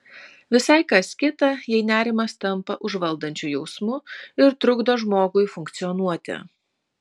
visai kas kita jei nerimas tampa užvaldančiu jausmu ir trukdo žmogui funkcionuoti